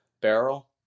barrel